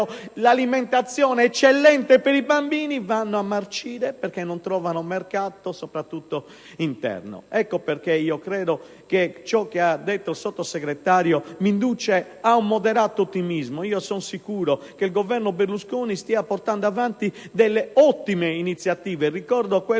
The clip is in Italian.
l'alimentazione eccellente per i bambini, vanno invece a marcire perché non trovano mercato soprattutto interno. Ecco perché ciò che ha detto il sottosegretario mi induce ad un moderato ottimismo. Sono sicuro che il Governo Berlusconi stia portando avanti delle ottime iniziative. Ricordo quella